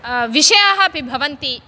विषयाः अपि भवन्ति